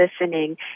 listening